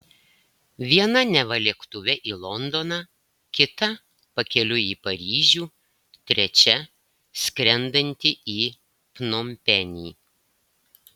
viena neva lėktuve į londoną kita pakeliui į paryžių trečia skrendantį į pnompenį